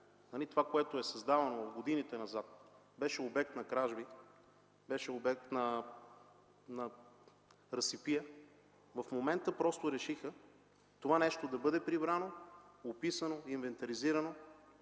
това, което е създавано в годините назад, беше обект на кражби, беше обект на разсипия. В момента просто решиха това нещо да бъде прибрано, описано, инвентаризирано